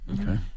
Okay